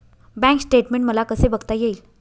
Bank statement मला कसे बघता येईल?